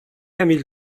emil